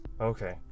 Okay